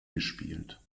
gespielt